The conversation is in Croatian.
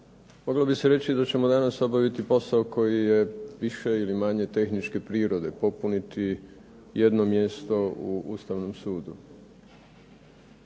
Moglo bi se reći da ćemo danas obaviti posao koji je više ili manje tehničke prirode, popuniti jedno mjesto u Ustavnom sudu.